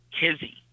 Kizzy